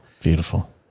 Beautiful